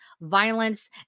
violence